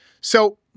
so-